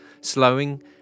slowing